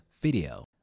video